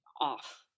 off